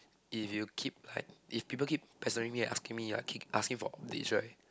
if you keep like if people keep pestering me and asking me like keep asking for this right